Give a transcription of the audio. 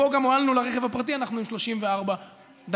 פה גם הועלנו לרכב הפרטי, 34 דקות.